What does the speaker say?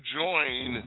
join